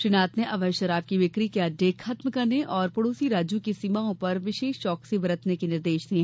श्री नाथ ने अवैध शराब की बिक्री के अड्डे खत्म करने और पड़ोसी राज्यों की सीमाओं पर विशेष चौकसी बरतने के निर्देश दिये